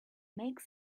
makes